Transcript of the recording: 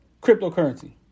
cryptocurrency